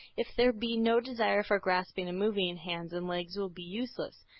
if there be no desire for grasping and moving, hands and legs will be useless.